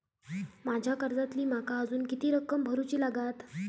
माझ्या कर्जातली माका अजून किती रक्कम भरुची लागात?